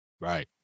Right